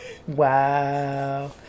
Wow